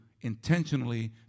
intentionally